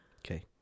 Okay